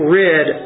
rid